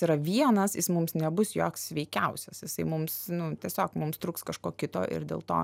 yra vienas jis mums nebus joks sveikiausias jisai mums tiesiog mums trūks kažko kito ir dėl to